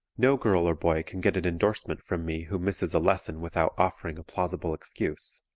no girl or boy can get an endorsement from me who misses a lesson without offering a plausible excuse.